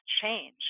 change